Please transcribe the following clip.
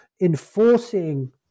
enforcing